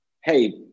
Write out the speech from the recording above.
Hey